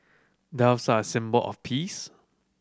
doves are a symbol of peace